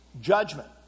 judgment